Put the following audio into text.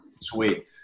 Sweet